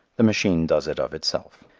the machine does it of itself.